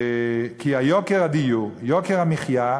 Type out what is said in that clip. כי יוקר הדיור, יוקר המחיה,